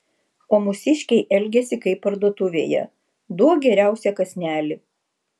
o mūsiškiai elgiasi kaip parduotuvėje duok geriausią kąsnelį